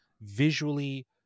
visually